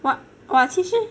what !wah! 其实